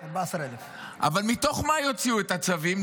14,000. אבל מתוך מה יוציאו את הצווים?